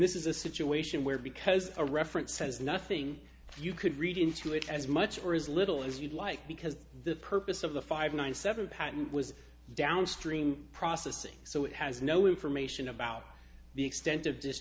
this is a situation where because a reference says nothing you could read into it as much or as little as you'd like because the purpose of the five hundred seven patent was downstream processing so it has no information about the extent of